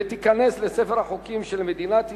ותיכנס לספר החוקים של מדינת ישראל.